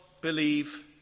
believe